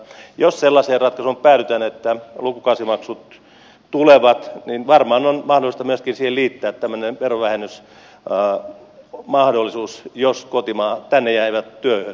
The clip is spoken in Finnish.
jos sellaiseen ratkaisuun päädytään että lukukausimaksut tulevat niin varmaan on mahdollista myöskin siihen liittää tämmöinen verovähennysmahdollisuus jos he tänne jäävät työhön työtä tekemään